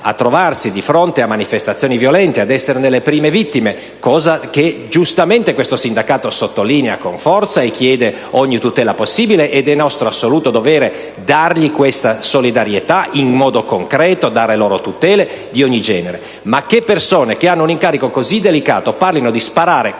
a trovarsi di fronte a manifestazioni violente e ad esserne le prime vittime, cosa che giustamente quel sindacato sottolinea con forza chiedendo ogni tutela possibile (ed è nostro assoluto dovere dare loro solidarietà in modo concreto e prevedere ogni tipo di tutela), persone, dicevo, che hanno un incarico così delicato, parlino di sparare contro